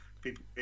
people